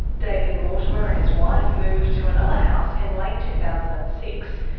david mortimer and his wife moved to another house in late two thousand and six,